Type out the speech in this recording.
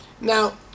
Now